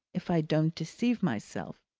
if i don't deceive myself?